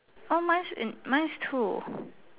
how much in mine's true